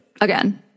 again